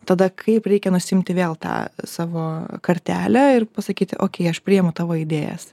tada kaip reikia nusiimti vėl tą savo kartelę ir pasakyti okei aš priimu tavo idėjas